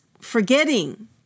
forgetting